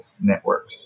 networks